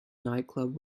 nightclub